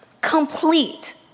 complete